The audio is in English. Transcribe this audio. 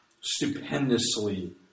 stupendously